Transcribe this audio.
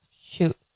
Shoot